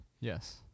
Yes